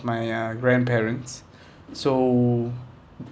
my uh grandparents so